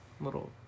little